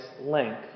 length